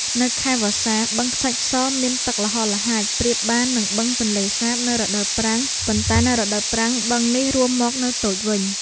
នៅខែវស្សា បឹងខ្សាច់ស មានទឹកល្ហល្ហាចប្រៀបបាននឹងបឹងទន្លេសាបនៅរដូវប្រាំង ប៉ុន្តែនៅរដូវប្រាំង បឹងនេះរួមមកនៅតូចវិញ។